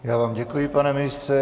Já vám děkuji, pane ministře.